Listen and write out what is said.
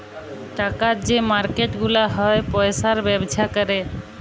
টাকার যে মার্কেট গুলা হ্যয় পয়সার ব্যবসা ক্যরে